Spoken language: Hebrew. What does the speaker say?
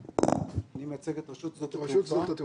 אני מייצג את רשות שדות התעופה.